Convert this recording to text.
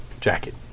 jacket